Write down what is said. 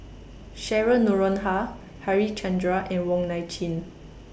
Cheryl Noronha Harichandra and Wong Nai Chin